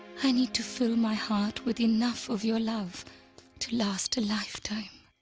i need to fill my heart with enough of your love to last a lifetime.